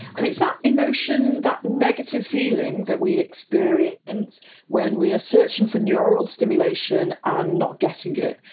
and it's that emotion, that negative feeling that we experience when we are searching for neural stimulation and not getting it.